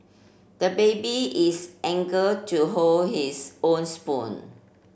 the baby is anger to hold his own spoon